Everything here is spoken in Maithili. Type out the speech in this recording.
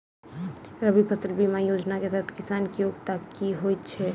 रबी फसल बीमा योजना केँ तहत किसान की योग्यता की होइ छै?